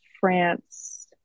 France